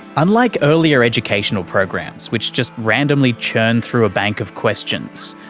unlike earlier educational programs which just randomly churn through a bank of questions,